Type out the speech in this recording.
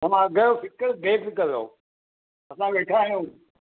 न मां अघु जो फ़िक़्रु ॿेफ़िक्र रहो असां वेठा आहियूं